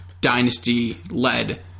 dynasty-led